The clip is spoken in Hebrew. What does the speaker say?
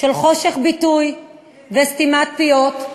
של חופש ביטוי וסתימת פיות,